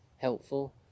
helpful